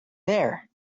there